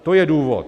To je důvod.